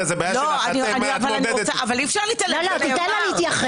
היא לא מאפשרת, והינה הסתה.